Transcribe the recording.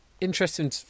interesting